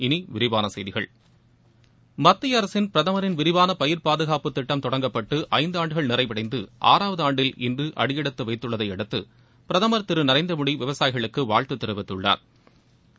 இனி விரிவான செய்திகள் மத்திய அரசின் பிரதமின் விரிவான பயிர் பாதுகாப்புத் திட்டம் தொடங்கப்பட்டு ஐந்து ஆண்டுகள் நிறைவளடந்து ஆறாவது ஆண்டில் இன்று அடியெடுத்து வைத்துள்ளதை அடுத்து பிரதம் திரு நரேந்திரமோடி விவசாயிகளுக்கு வாழ்த்து தெரிவித்துள்ளாா்